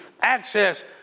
access